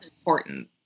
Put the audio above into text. Important